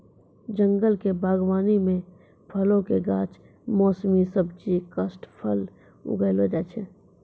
जंगल क बागबानी म फलो कॅ गाछ, मौसमी सब्जी, काष्ठफल उगैलो जाय छै